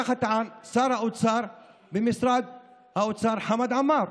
ככה טען השר במשרד האוצר חמד עמאר.